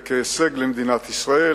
כהישג למדינת ישראל,